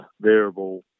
variable